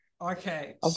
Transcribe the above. Okay